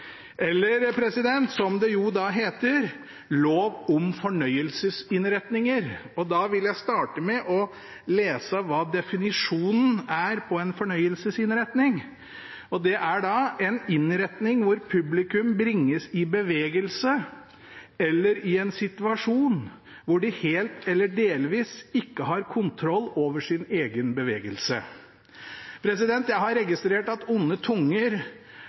eller, som det heter, lov om fornøyelsesinnretninger. Jeg vil starte med å lese hva definisjonen på en fornøyelsesinnretning er. Det er en innretning hvor publikum «bringes i bevegelse eller situasjoner hvor de helt eller delvis ikke har kontroll over egen bevegelse». Jeg har registrert at onde tunger